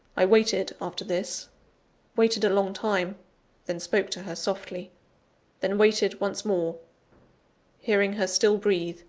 i waited after this waited a long time then spoke to her softly then waited once more hearing her still breathe,